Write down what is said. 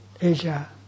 Asia